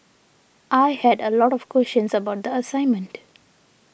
I had a lot of questions about the assignment